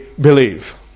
believe